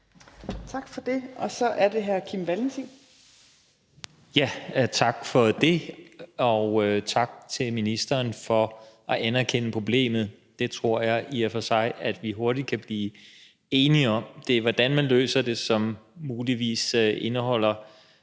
Kim Valentin. Kl. 18:39 Kim Valentin (V): Tak for det, og tak til ministeren for at anerkende problemet. Det tror jeg i og for sig at vi hurtigt kan blive enige om. Det er, hvordan man løser det, som muligvis indeholder